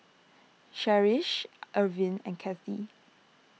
Cherish Irvin and Cathy